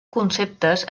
conceptes